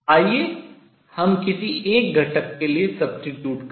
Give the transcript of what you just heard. आइए हम किसी एक घटक के लिए substitute प्रतिस्थापित करें